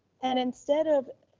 and instead of,